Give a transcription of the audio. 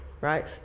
right